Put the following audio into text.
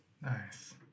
Nice